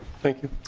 thank you.